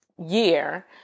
year